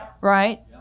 right